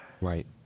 Right